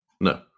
No